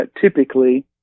typically